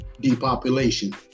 depopulation